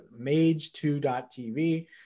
mage2.tv